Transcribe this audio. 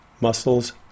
muscles